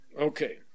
Okay